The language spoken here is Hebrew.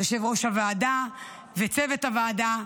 יושב-ראש הוועדה וצוות הוועדה,